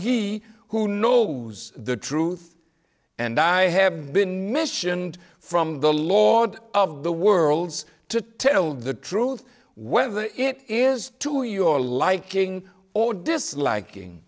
he who knows the truth and i have been mission from the lord of the worlds to tell the truth whether it is to your liking or disliking